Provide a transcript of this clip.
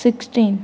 sixteen